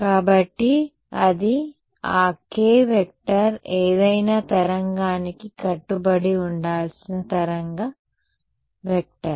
కాబట్టి ఇది ఆ k వెక్టర్ ఏదైనా తరంగానికి కట్టుబడి ఉండాల్సిన తరంగ వెక్టర్